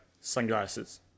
sunglasses